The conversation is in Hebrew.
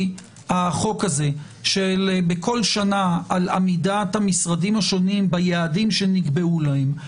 החוק הזה בכל שנה על עמידת המשרדים השונים ביעדים שנקבעו להם.